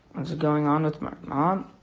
what's going on with my mom?